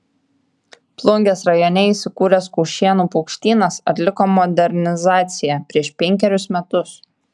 plungės rajone įsikūręs kaušėnų paukštynas atliko modernizaciją prieš penkerius metus